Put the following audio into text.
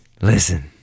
Listen